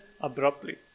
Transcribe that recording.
abruptly